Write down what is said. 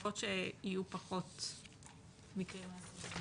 ולקוות שיהיו פחות מקרים מהסוג הזה.